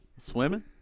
Swimming